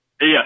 Yes